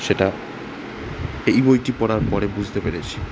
সেটা এই বইটি পড়ার পরে বুঝতে পেরেছি